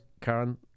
Karen